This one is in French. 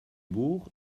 bourg